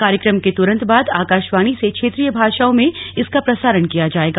कार्यक्रम के तुरंत बाद आकाशवाणी से क्षेत्रीय भाषाओं में इसका प्रसारण किया जायेगा